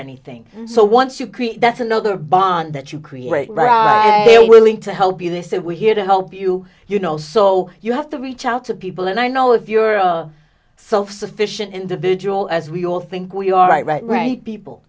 anything so once you create that another bond that you create ride they willing to help you they say we're here to help you you know so you have to reach out to people and i know if you're a self sufficient individual as we all think we are right right right people